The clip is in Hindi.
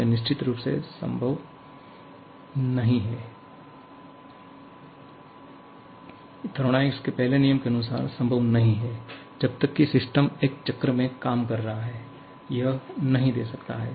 यह निश्चित रूप से थर्मोडायनामिक्स के पहले नियम के अनुसार संभव नहीं है जब तक कि सिस्टम एक चक्र में काम कर रहा है यह नहीं दे सकता है